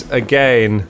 again